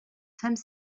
femme